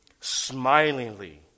smilingly